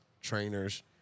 trainers